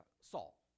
Saul